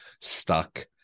stuck